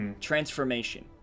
transformation